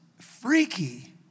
freaky